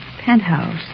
Penthouse